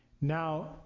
now